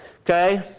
Okay